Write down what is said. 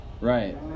Right